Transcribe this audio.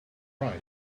right